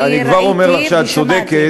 אני כבר אומר לך שאת צודקת,